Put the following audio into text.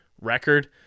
record